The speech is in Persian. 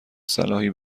صلاحی